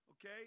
Okay